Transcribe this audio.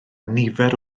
nifer